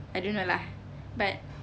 I don't know lah but